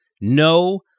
no